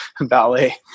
ballet